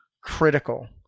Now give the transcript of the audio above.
critical